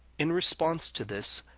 in response to this,